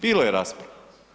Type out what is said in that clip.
Bilo je rasprave.